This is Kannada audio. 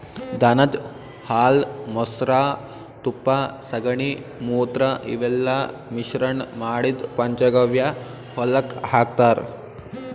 ದನದ್ ಹಾಲ್ ಮೊಸ್ರಾ ತುಪ್ಪ ಸಗಣಿ ಮೂತ್ರ ಇವೆಲ್ಲಾ ಮಿಶ್ರಣ್ ಮಾಡಿದ್ದ್ ಪಂಚಗವ್ಯ ಹೊಲಕ್ಕ್ ಹಾಕ್ತಾರ್